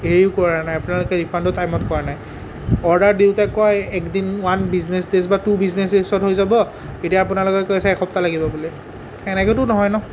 হেৰিও কৰা নাই আপোনালোকে ৰিফাণ্ডো টাইমত কৰা নাই অৰ্ডাৰ দিওঁতে কয় একদিন ওৱান বিজনেছ দেইজ বা টু বিজনেছ দেইজত হৈ যাব এতিয়া আপোনালোকে কৈ আছে এসপ্তাহ লাগিব বুলি এনেকেওতো নহয় ন